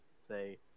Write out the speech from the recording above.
say